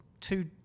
two